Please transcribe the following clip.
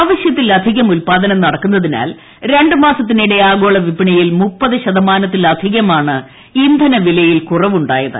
ആവശ്യത്തിലധികം ഉല്പാദനം നടക്കുന്നതിനാൽ രണ്ട് മാസത്തിനിടെ ആഗോള വിപണിയിൽ മുപ്പത് ശതമാനത്തിലധികമാണ് ഇന്ധനവിലയിൽ കുറവ് ഉണ്ടായത്